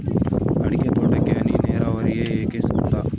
ಅಡಿಕೆ ತೋಟಕ್ಕೆ ಹನಿ ನೇರಾವರಿಯೇ ಏಕೆ ಸೂಕ್ತ?